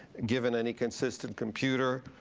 given any consistent computer,